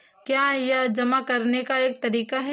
क्या यह जमा करने का एक तरीका है?